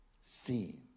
seen